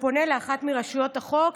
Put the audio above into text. ופונה לאחת מרשויות החוק,